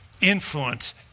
influence